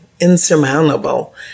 insurmountable